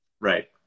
Right